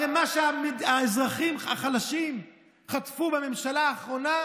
הרי מה שהאזרחים החלשים חטפו מהממשלה האחרונה,